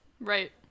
right